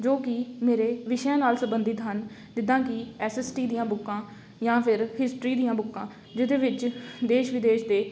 ਜੋ ਕਿ ਮੇਰੇ ਵਿਸ਼ਿਆਂ ਨਾਲ ਸੰਬੰਧਿਤ ਹਨ ਜਿੱਦਾਂ ਕਿ ਐੱਸ ਐੱਸ ਟੀ ਦੀਆਂ ਬੁੱਕਾਂ ਜਾਂ ਫਿਰ ਹਿਸਟਰੀ ਦੀਆਂ ਬੁੱਕਾਂ ਜਿਹਦੇ ਵਿੱਚ ਦੇਸ਼ ਵਿਦੇਸ਼ ਦੇ